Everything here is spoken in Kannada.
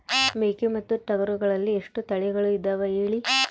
ಮೇಕೆ ಮತ್ತು ಟಗರುಗಳಲ್ಲಿ ಎಷ್ಟು ತಳಿಗಳು ಇದಾವ ಹೇಳಿ?